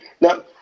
Now